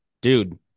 dude